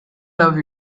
love